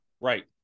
right